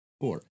four